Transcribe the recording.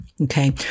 okay